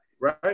right